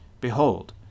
Behold